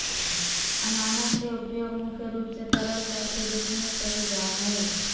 अनानास के उपयोग मुख्य रूप से तरल पेय के रूप में कईल जा हइ